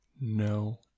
No